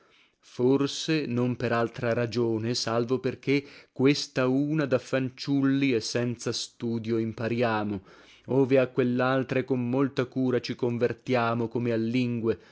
forse non per altra ragione salvo perché questa una da fanciulli e senza studio impariamo ove a quellaltre con molta cura ci convertiamo come a lingue